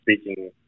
speaking